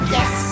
Yes